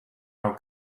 our